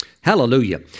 Hallelujah